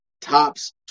tops